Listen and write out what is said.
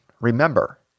remember